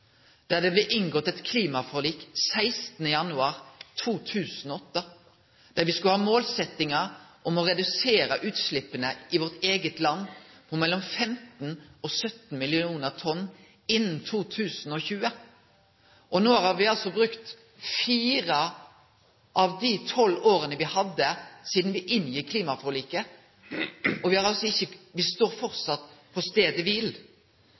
der det blei inngått eit klimaforlik 16. januar 2008 med målsetjing om å redusere utsleppa i vårt eige land med mellom 15 og 17 millionar tonn innan 2020. No har me altså brukt fire av dei tolv åra me hadde på oss da me inngjekk klimaforliket, og me står framleis på